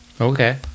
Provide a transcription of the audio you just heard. Okay